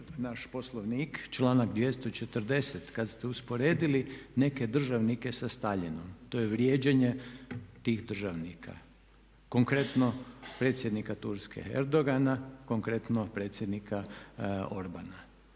naš Poslovnik članak 240. kad ste usporedili neke državnike sa Staljinom. To je vrijeđanje tih državnika, konkretno predsjednika Turske Erdogana, konkretno predsjednika Orbana.